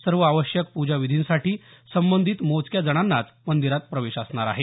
सर्व आवश्यक पूजा विधींसाठी संबंधीत मोजक्या जणानाच मंदिरात प्रवेश असेल